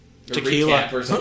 Tequila